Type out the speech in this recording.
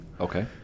Okay